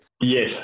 Yes